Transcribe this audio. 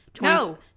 No